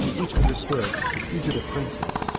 each understood the fugitive princes,